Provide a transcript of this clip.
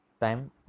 time